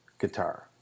guitar